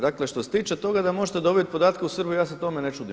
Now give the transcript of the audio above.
Dakle što se tiče toga da možete dobiti podatke u Srbiji, ja se tome ne čudim.